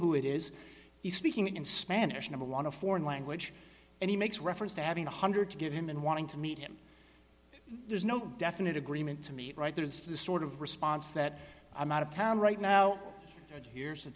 who it is he's speaking in spanish number one a foreign language and he makes reference to having one hundred to give him and wanting to meet him there's no definite agreement to meet right there is the sort of response that i'm out of town right now and here's the